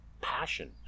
passion